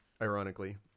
ironically